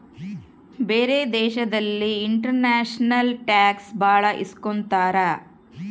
ಬೇರೆ ದೇಶದಲ್ಲಿ international tax ಭಾಳ ಇಸ್ಕೊತಾರ